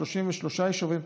ל-33 יישובים,